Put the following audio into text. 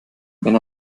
wenn